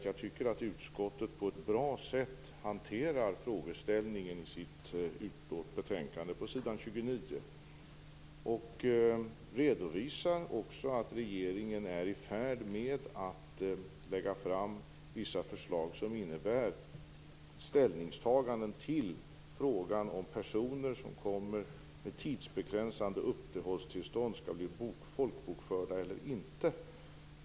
Jag tycker att försvarsutskottet hanterar frågeställningen på ett bra sätt i sitt betänkande på s. 29. Man redovisar också att regeringen är i färd med att lägga fram vissa förslag där man tar ställning till frågan om huruvida personer som kommer med begränsade uppehållstillstånd skall folkbokföras eller inte.